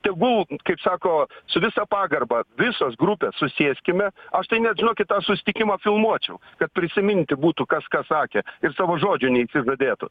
tegul kaip sako su visa pagarba visos grupės susėskime aš tai net žinokit tą susitikimą filmuočiau kad prisiminti būtų kas ką sakė ir savo žodžio neišsižadėtų